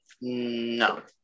No